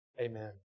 amen